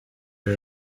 cya